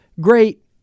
great